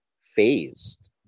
phased